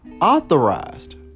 Authorized